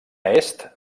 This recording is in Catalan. est